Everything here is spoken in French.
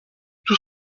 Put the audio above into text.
tout